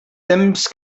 temps